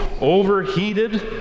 overheated